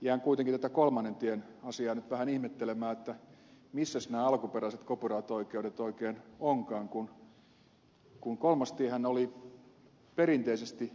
jään kuitenkin tätä kolmannen tien asiaa nyt vähän ihmettelemään että missäs nämä alkuperäiset copyright oikeudet oikein ovatkaan kun kolmas tiehän oli perinteisesti